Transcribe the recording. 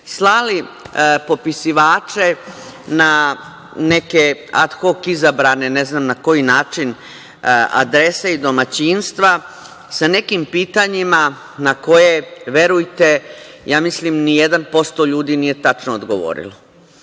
slali popisivače na neke ad hok izabrane adrese i domaćinstva, sa nekim pitanjima na koja, verujte mislim ni jedan posto ljudi nije tačno odgovorio.